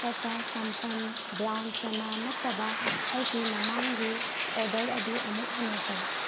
ꯇꯇꯥ ꯁꯝꯄꯟ ꯕ꯭ꯔꯥꯎꯟ ꯆꯥꯅꯥ ꯅꯠꯇꯕ ꯑꯩꯒꯤ ꯃꯃꯥꯡꯒꯤ ꯑꯣꯗꯔ ꯑꯗꯨ ꯑꯃꯨꯛ ꯍꯟꯅ ꯇꯧ